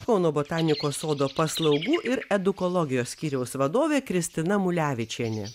kauno botanikos sodo paslaugų ir edukologijos skyriaus vadovė kristina mulevičienė